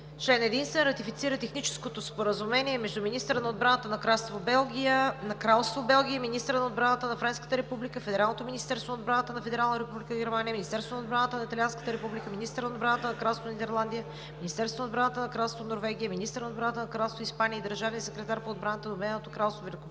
„Член единствен. Ратифицира Техническото споразумение между министъра на отбраната на Кралство Белгия, министъра на отбраната на Френската република, Федералното министерство на отбраната на Федерална република Германия, Министерството на отбраната на Италианската република, министъра на отбраната на Кралство Нидерландия, Министерството на отбраната на Кралство Норвегия, министъра на отбраната на Кралство Испания и държавния секретар по отбрана на Обединеното кралство Великобритания